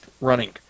running